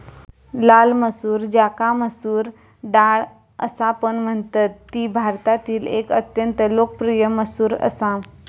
लाल मसूर ज्याका मसूर डाळ असापण म्हणतत ती भारतातील एक अत्यंत लोकप्रिय मसूर असा